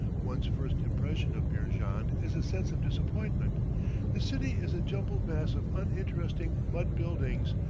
one's first impression of beerjand is a sense of disappointment the city is a jumbled mass of uninteresting mud buildings,